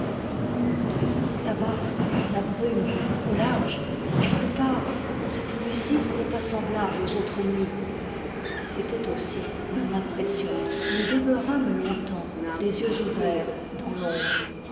où là-bas dans la brume au large quelque part cette nuit ci n'est pas semblable aux autres nuits c'était aussi mon impression nous demeurâmes long temps les yeux ouverts dans